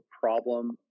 problem